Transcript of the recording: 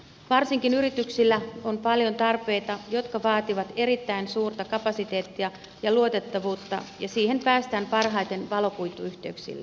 varsinkin yrityksillä on paljon tarpeita jotka vaativat erittäin suurta kapasiteettia ja luotettavuutta ja siihen päästään parhaiten valokuituyhteyksillä